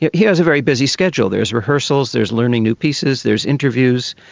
he has a very busy schedule there's rehearsals, there's learning new pieces, there's interviews,